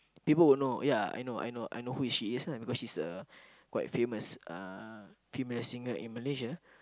people will know yeah I know I know I know who is she is ah because she's a quite famous uh female singer in Malaysia